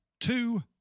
two